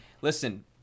Listen